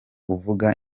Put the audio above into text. uvuga